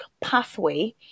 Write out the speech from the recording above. pathway